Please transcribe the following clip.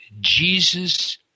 Jesus